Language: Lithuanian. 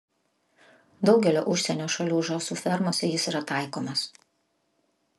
daugelio užsienio šalių žąsų fermose jis yra taikomas